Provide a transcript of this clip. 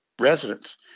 residents